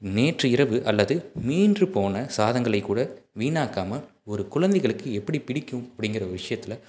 நேற்று இரவு அல்லது மீன்றுபோன சாதங்களைக்கூட வீணாக்காமல் ஒரு குழந்தைங்களுக்கு எப்படி பிடிக்கும் அப்படிங்கிற ஒரு விஷயத்தில்